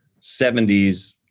70s